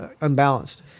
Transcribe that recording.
unbalanced